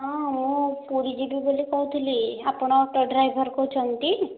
ହଁ ମୁଁ ପୁରୀ ଯିବି ବୋଲି କହୁଥିଲି ଆପଣ ଅଟୋ ଡ୍ରାଇଭର କହୁଛନ୍ତି ଟି